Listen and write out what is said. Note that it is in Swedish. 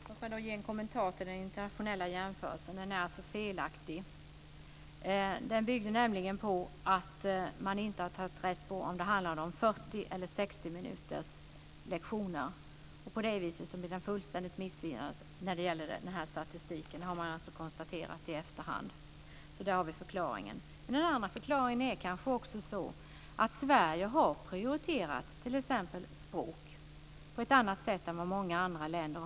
Fru talman! Låt mig ge en kommentar till den internationella jämförelsen. Den är felaktig. Den byggde nämligen på att man inte hade tagit rätt på om det handlade om 40 eller 60 minuters lektioner. På det viset blir den statistiken fullständigt missvisande. Det har man konstaterat i efterhand. Där har vi förklaringen. En annan förklaring är kanske att Sverige har prioriterat t.ex. språk på ett annat sätt än många andra länder.